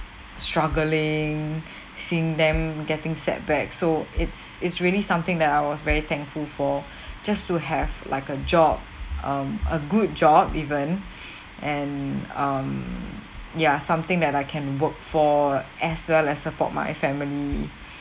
struggling seeing them getting setback so it's it's really something that I was very thankful for just to have like a job um a good job even and um ya something that I can work for as well as support my family